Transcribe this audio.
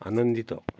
ଆନନ୍ଦିତ